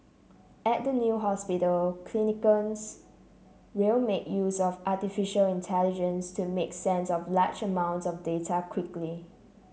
at the new hospital clinicians will make use of artificial intelligence to make sense of large amounts of data quickly